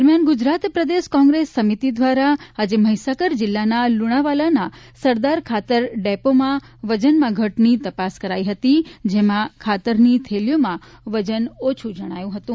દરમિયાન ગુજરાત પ્રદેશ કોંગ્રેસ સમિતિ દ્વારા આજે મહિસાગર જિલ્લાના લુણાવાડાના સરદાર ખાતર ડેપોમાં વજનમાં ઘટની તપાસ કરાઈ હતી જેમાં ખાતરની થેલીમાં વજન ઓછું જણાયું હતું